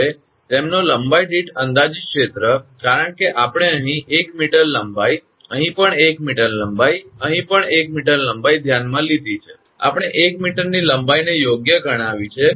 હવે તેમનો લંબાઈ દીઠ અંદાજિત ક્ષેત્ર કારણ કે આપણે અહીં 1 મીટર લંબાઈ અહીં પણ 1 મીટર લંબાઈ અહીં પણ 1 મીટર લંબાઈ ધ્યાનમાં લીધી છે આપણે 1 મીટરની લંબાઈને યોગ્ય ગણાવી છે